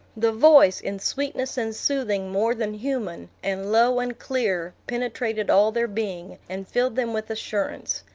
the voice, in sweetness and soothing more than human, and low and clear, penetrated all their being, and filled them with assurance.